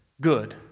good